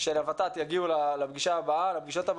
של ה-ות"ת יגיעו לפגישות הבאת.